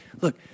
look